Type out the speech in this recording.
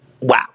Wow